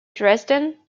dresden